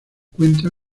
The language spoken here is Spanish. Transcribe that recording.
cuenta